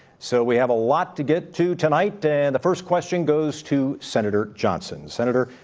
so we have a lot to get to tonight, and the first question goes to senator johnso and senator,